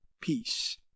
peace